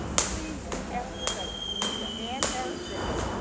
please cast your vote for ann harris bennett.